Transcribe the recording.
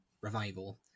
revival